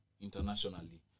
internationally